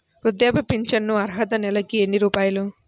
వృద్ధాప్య ఫింఛను అర్హత నెలకి ఎన్ని రూపాయలు?